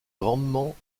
grandement